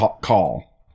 call